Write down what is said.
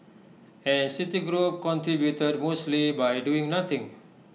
and citigroup contributed mostly by doing nothing